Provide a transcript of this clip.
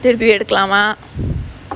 திருப்பி எடுக்கலாமா:thiruppi edukalaamaa